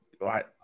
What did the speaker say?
right